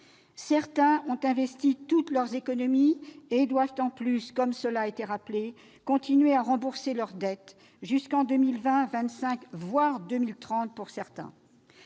Certains ont investi toutes leurs économies et doivent en plus, cela a été rappelé, continuer à rembourser leur dette jusqu'en 2020, 2025, voire 2030 ; d'autres